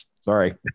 sorry